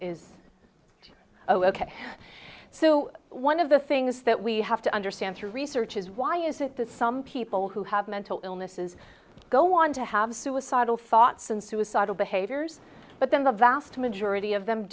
is ok so one of the things that we have to understand through research is why is it that some people who have mental illnesses go on to have suicidal thoughts and suicidal behaviors but then the vast majority of them